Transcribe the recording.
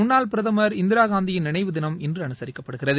முன்னாள் பிரதமர் இந்திராகாந்தியின் நினைவு தினம் இன்று அனுசரிக்கப்படுகிறது